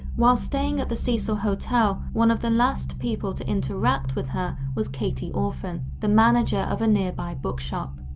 whilst staying at the cecil hotel, one of the last people to interact with her was katie orphan, the manager of a nearby book shop.